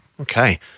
Okay